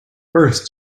first